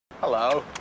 Hello